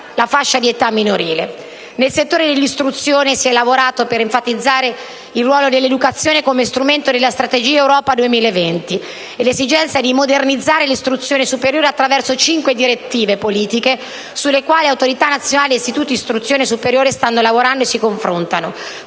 la fascia di età minorile. Nel settore dell'istruzione si è lavorato per enfatizzare il ruolo dell'educazione come strumento della Strategia Europa 2020 e sull'esigenza di modernizzare l'istruzione superiore attraverso cinque direttive politiche, sulle quali autorità nazionali e istituti di istruzione superiore stanno lavorando e si confrontano.